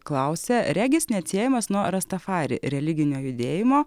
klausė regis neatsiejamas nuo rastafari religinio judėjimo